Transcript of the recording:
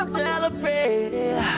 celebrate